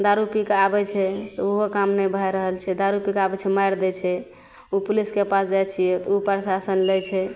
दारू पीके आबै छै तऽ ओहो काम नहि भै रहल छै दारू पीके आबै छै मारि दै छै ओ पुलिसके पास जाइ छिए तऽ ओ प्रशासन लै छै